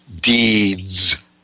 deeds